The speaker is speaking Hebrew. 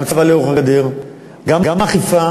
גם צבא לאורך הגדר, גם אכיפה,